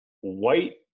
white